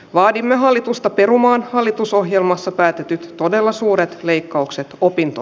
vaadimme hallitusta perumaan hallitusohjelmassa päätetty todella suuret leikkaukset opinto